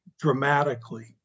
dramatically